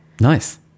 Nice